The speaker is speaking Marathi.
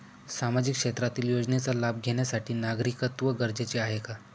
सामाजिक क्षेत्रातील योजनेचा लाभ घेण्यासाठी नागरिकत्व गरजेचे आहे का?